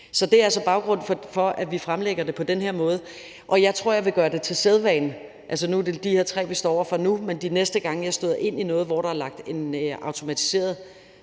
Så det er altså baggrunden for, at vi fremsætter det på den her måde. Og jeg tror, at jeg vil gøre det til sædvane – nu er det altså de her tre, vi står over for – de næste gange jeg støder ind i noget, hvor der er lagt en automatiseret